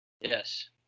Yes